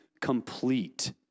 complete